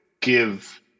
give